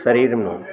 શરીરનું